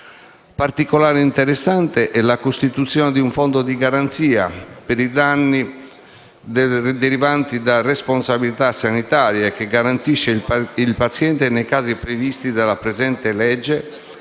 Particolarmente interessante è la costituzione di un Fondo di garanzia per i danni derivanti da responsabilità sanitaria, che garantisce il paziente nei casi previsti dalla presente legge